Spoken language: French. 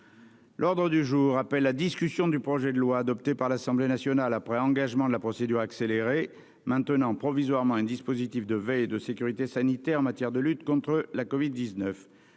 L'ordre du jour appelle la discussion du projet de loi, adopté par l'Assemblée nationale après engagement de la procédure accélérée, maintenant provisoirement un dispositif de veille et de sécurité sanitaire en matière de lutte contre la covid-19